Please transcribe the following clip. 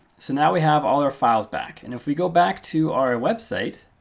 so now we have all our files back. and if we go back to our ah website,